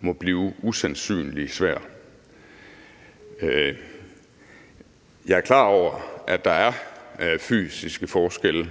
må blive usandsynlig svær. Jeg er klar over, at der er fysiske forskelle,